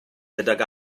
gydag